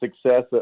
success